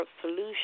solution